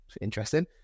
Interesting